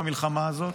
במלחמה הזאת,